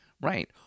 Right